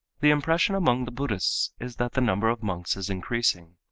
the impression among the buddhists is that the number of monks is increasing.